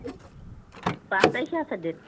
পাঁচ তাৰিখে আছে ডেট